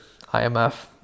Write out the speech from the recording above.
IMF